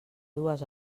dues